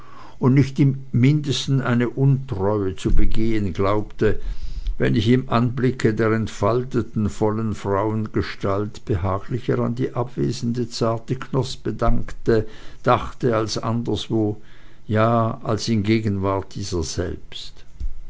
und nicht im mindesten eine untreue zu begehen glaubte wenn ich im anblicke der entfalteten vollen frauengestalt behaglicher an die abwesende zarte knospe dachte als anderswo ja als in gegenwart dieser selbst